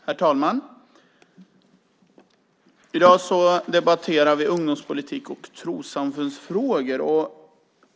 Herr talman! I dag debatterar vi ungdomspolitik och trossamfundsfrågor.